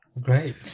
Great